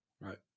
right